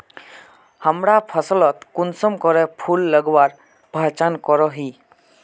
हमरा फसलोत कुंसम करे फूल लगवार पहचान करो ही?